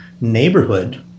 neighborhood